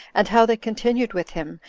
and how they continued with him,